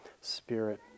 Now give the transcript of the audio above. Spirit